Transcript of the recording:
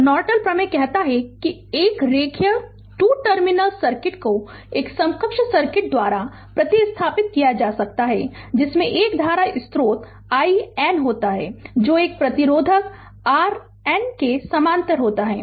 तो नॉर्टन प्रमेय कहता है कि एक रैखिक 2 टर्मिनल सर्किट को एक समकक्ष सर्किट द्वारा प्रतिस्थापित किया जा सकता है जिसमें एक धारा स्रोत i N होता है जो एक प्रतिरोधक R n के समानांतर होता है